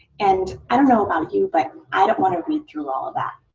and i don't know about you, but i don't want to read through all of that.